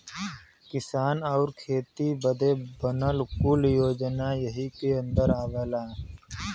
किसान आउर खेती बदे बनल कुल योजना यही के अन्दर आवला